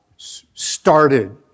started